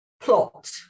plot